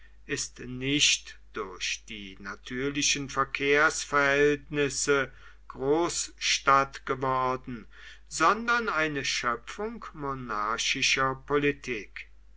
ist nicht durch die natürlichen verkehrsverhältnisse großstadt geworden sondern eine schöpfung monarchischer politik